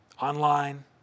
online